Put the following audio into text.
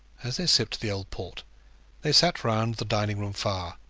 as they sipped the old port they sat round the dining-room fire,